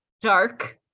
dark